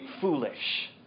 foolish